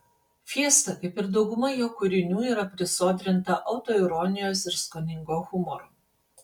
fiesta kaip ir dauguma jo kūrinių yra prisodrinta autoironijos ir skoningo humoro